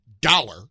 dollar